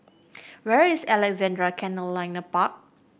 where is Alexandra Canal Linear Park